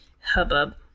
hubbub